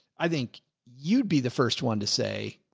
i think you'd be the first one to say,